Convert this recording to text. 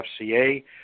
FCA